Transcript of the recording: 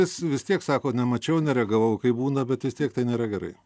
jis vis tiek sako nemačiau neragavau kaip būna bet vis tiek tai nėra gerai